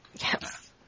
Yes